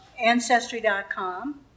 Ancestry.com